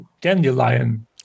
dandelion